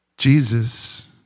Jesus